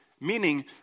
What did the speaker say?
Meaning